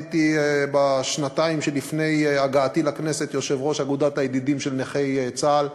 הייתי בשנתיים שלפני הגעתי לכנסת יושב-ראש אגודת הידידים של נכי צה"ל.